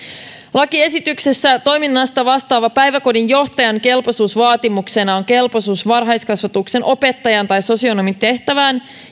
lakiesityksessä toiminnasta vastaavan päiväkodin johtajan kelpoisuusvaatimuksena on kelpoisuus varhaiskasvatuksen opettajan tai sosionomin tehtävään